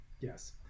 yes